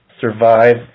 survive